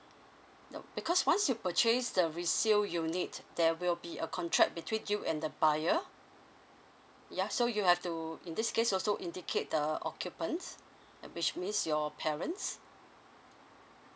now because once you purchase the resale unit there will be a contract between you and the buyer ya so you have to in this case also indicate the occupants which means your parents